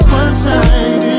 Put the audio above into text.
one-sided